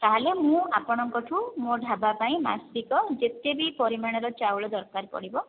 ତା'ହେଲେ ମୁଁ ଆପଣଙ୍କଠୁ ମୋ ଢାବା ପାଇଁ ମାସିକ ଯେତେବି ପରିମାଣର ଚାଉଳ ଦରକାର ପଡ଼ିବ